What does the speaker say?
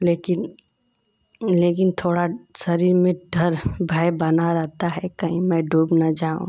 लेकिन लेकिन थोड़ा शरीर में डर भय बना रहता है कहीं मैं डूब न जाऊँ